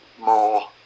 more